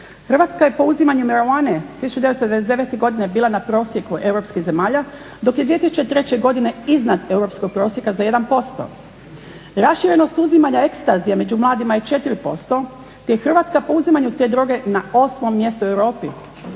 Hrvatska je po uzimanju marihuane 1999. godine bila na prosjeku europskih zemalja, dok je 2003. godine iznad europskog prosjeka za 1%. Raširenost uzimanja ecstasija među mladima je 4%, te je Hrvatska po uzimanju te droge na 8. mjestu u Europi.